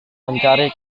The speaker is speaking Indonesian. mencari